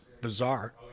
bizarre